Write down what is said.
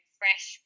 fresh